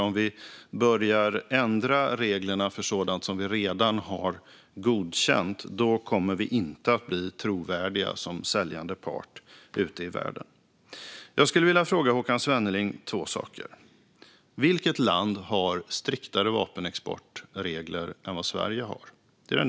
Om vi börjar ändra reglerna för sådant som vi redan har godkänt kommer vi inte att bli trovärdiga som säljande part ute i världen. Jag skulle vilja fråga Håkan Svenneling två saker. Vilket land har striktare vapenexportregler än vad Sverige har?